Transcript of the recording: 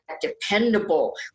dependable